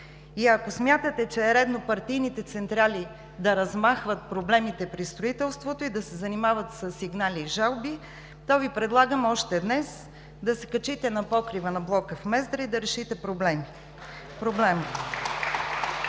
Ако смятате, че е редно партийните централи да размахват проблемите при строителството и да се занимават със сигнали и жалби, то Ви предлагам още днес да се качите на покрива на блока в Мездра и да решите проблема.